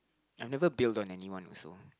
I've never build on anyone also